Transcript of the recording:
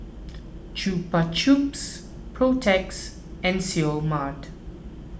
Chupa Chups Protex and Seoul Mart